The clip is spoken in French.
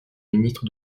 ministre